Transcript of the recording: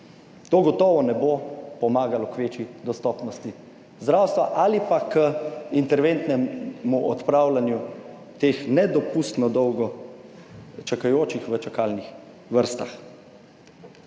To gotovo ne bo pomagalo k večji dostopnosti zdravstva ali pa k interventnemu odpravljanju teh nedopustno dolgo čakajočih v čakalnih vrstah.